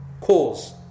Cause